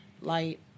light